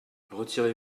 retirez